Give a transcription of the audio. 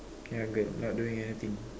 ya girl not doing anything